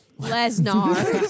Lesnar